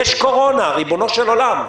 יש קורונה, ריבונו של עולם.